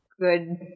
good